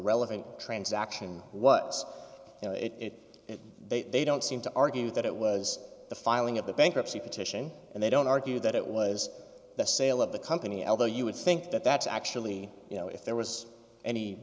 relevant transaction what it is they don't seem to argue that it was the filing of the bankruptcy petition and they don't argue that it was the sale of the company although you would think that that's actually you know if there was any